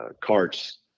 carts